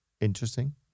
interesting